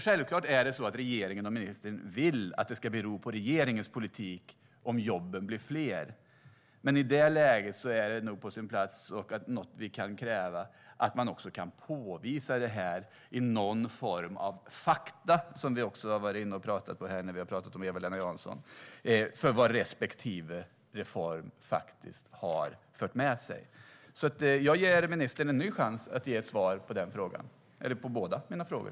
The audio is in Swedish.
Självklart är det så att regeringen och ministern vill att det ska bero på regeringens politik om jobben blir fler, men i det läget är det nog på sin plats att man också kan påvisa detta i någon form av fakta, vilket vi också har varit inne och pratat om här med Eva-Lena Jansson, gällande vad respektive reform faktiskt har fört med sig. Jag ger ministern en ny chans att svara på mina frågor.